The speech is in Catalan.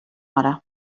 hora